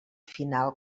final